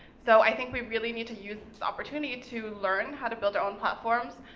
so i think we really need to use this opportunity to learn how to build our own platforms,